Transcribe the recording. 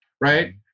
right